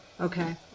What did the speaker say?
Okay